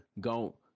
go